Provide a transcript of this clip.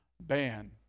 ban